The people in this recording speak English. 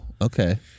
Okay